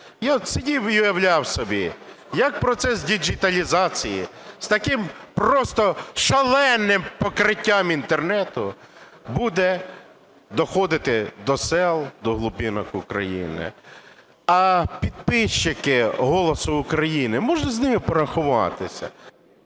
я сидів і уявляв собі, як процес діджиталізації, з таким просто шаленим покриттям інтернету, буде доходити до сіл, до глубинок України. А підписники "Голосу України", може, з ними порахуватися?